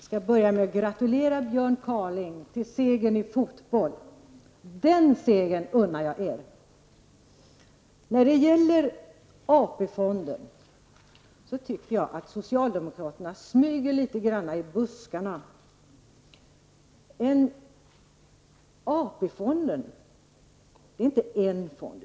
Herr talman! Jag skall börja med att gratulera Björn Kaaling till segern i fotboll mellan socialdemokraterna och oppositionen. Den segern unnar jag er. När det gäller AP-fonden tycker jag att socialdemokraterna smyger litet grand i buskarna. Det finns inte bara en AP-fond.